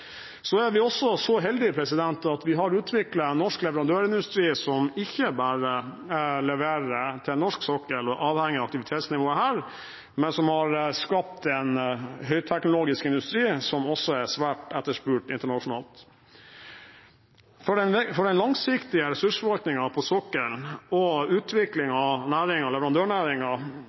Så er vi også så heldige at vi har utviklet en norsk leverandørindustri som ikke bare leverer til norsk sokkel og er avhengig av aktivitetsnivået her, men som har skapt en høyteknologisk industri som også er svært etterspurt internasjonalt. For den langsiktige ressursforvaltningen på sokkelen og utvikling av leverandørnæringen er det viktig at kompetanse og